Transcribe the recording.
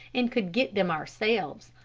and could get them ourselves.